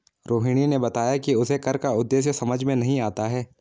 रोहिणी ने बताया कि उसे कर का उद्देश्य समझ में नहीं आता है